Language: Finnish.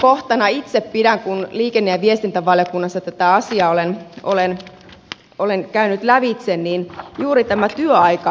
ongelmakohtana itse pidän kun liikenne ja viestintävaliokunnassa tätä asiaa olen käynyt lävitse juuri tätä työaikakirjanpitoa